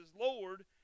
Lord